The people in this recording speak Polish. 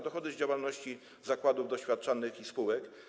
Dochody z działalności zakładów doświadczalnych i spółek.